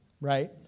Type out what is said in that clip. right